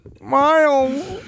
Miles